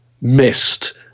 missed